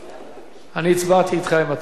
אני הצבעתי אתך, אם אתה זוכר.